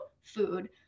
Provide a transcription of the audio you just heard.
food